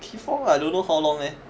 kee fong I don't know how long leh